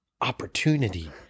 opportunity